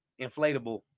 Inflatable